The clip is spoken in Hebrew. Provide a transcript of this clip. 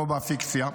לא בפיקציה,